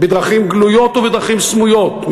בדרכים גלויות ובדרכים סמויות,